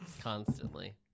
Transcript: Constantly